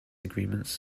agreements